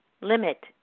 limit